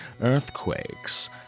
earthquakes